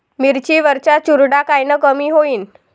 मिरची वरचा चुरडा कायनं कमी होईन?